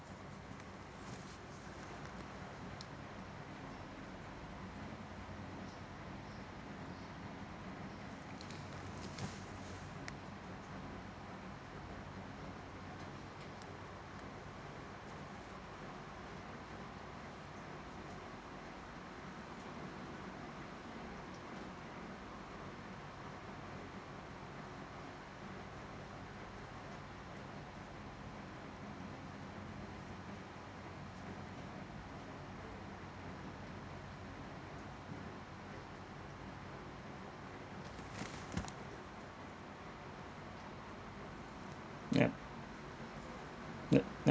ya mm